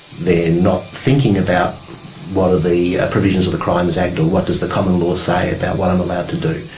they are not thinking about what are the provisions of the crimes act or what does the common law say about what i'm allowed to do,